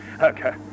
Okay